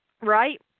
Right